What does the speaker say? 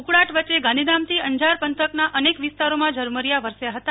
ઉકળાટ વચ્ચે ગાંધીધામથી અંજાર પંથકના અનેક વિસ્તારોમાં ઝરમરીયા વરસ્યા હતા